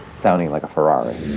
sounding like a ferrari.